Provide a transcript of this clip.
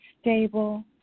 stable